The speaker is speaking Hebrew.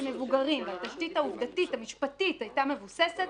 מבוגרים והתשתית העובדתית המשפטית הייתה מבוססת